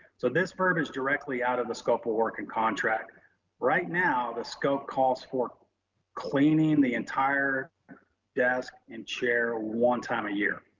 so this verbiage directly out of the scope of work and contract right now the scope calls for cleaning the entire desk and chair one time a year.